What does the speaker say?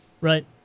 Right